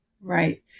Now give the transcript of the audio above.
Right